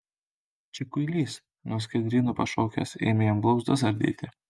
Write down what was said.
čia kuilys nuo skiedryno pašokęs ėmė jam blauzdas ardyti